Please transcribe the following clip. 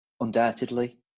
Undoubtedly